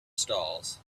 stalls